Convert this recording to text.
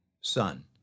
Son